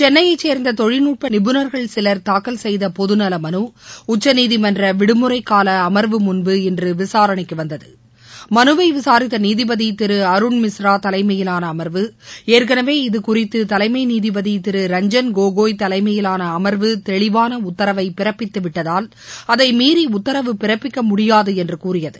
சென்னையைச் சேர்ந்த தொழில்நுட்ப நிபுணர்கள் சிலர் தாக்கல் செய்த பொதுநல மலு உச்சநீதிமன்ற விடுமுறைக்கால அமா்வு முன்பு இன்று விசாரணைக்கு வந்தது மனுவை விசாரித்த நீதிபதி திரு அருண்மிஸ்ரா தலைமையிலான அமா்வு ஏற்கனவே இது குறித்து தலைமை நீதிபதி திரு ரஞ்ஐன் கோகோய் தலைமையிலான அமா்வு தெளிவான உத்தரவை பிறப்பித்துவிட்டதால் அதை மீறி உத்தரவு பிறப்பிக்க முடியாது என்று கூறியது